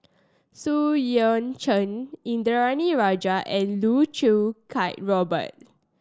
Xu Yuan Zhen Indranee Rajah and Loh Choo Kiat Robert